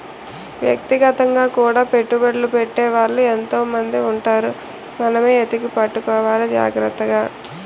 వ్యక్తిగతంగా కూడా పెట్టుబడ్లు పెట్టే వాళ్ళు ఎంతో మంది ఉంటారు మనమే ఎతికి పట్టుకోవాలి జాగ్రత్తగా